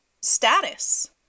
status